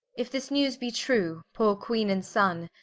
if this newes be true, poore queene, and sonne,